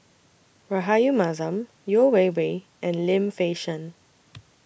Rahayu Mahzam Yeo Wei Wei and Lim Fei Shen